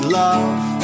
love